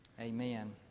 Amen